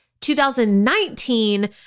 2019